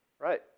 Right